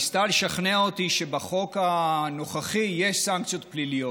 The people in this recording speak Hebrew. ניסתה לשכנע אותי שבחוק הנוכחי יש סנקציות פליליות.